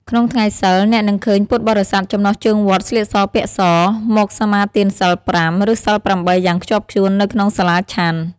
ក្នុងថ្ងៃសីល អ្នកនឹងឃើញពុទ្ធបរិស័ទចំណុះជើងវត្តស្លៀកសពាក់ស មកសមាទានសីលប្រាំ ឬសីលប្រាំបីយ៉ាងខ្ជាប់ខ្ជួននៅក្នុងសាលាឆាន់។